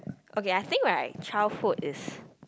okay I think right childhood is